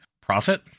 Profit